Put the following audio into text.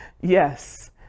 Yes